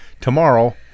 tomorrow